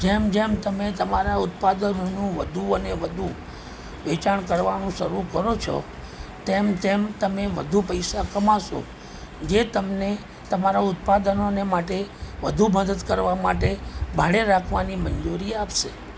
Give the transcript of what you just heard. જેમ જેમ તમે તમારા ઉત્પાદનોનું વધુ અને વધુ વેચાણ કરવાનું શરૂ કરો છો તેમ તેમ તમે વધુ પૈસા કમાશો જે તમને તમારા ઉત્પાદનોને માટે વધુ મદદ કરવા માટે ભાડે રાખવાની મંજૂરી આપશે